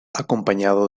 acompañado